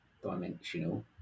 Dimensional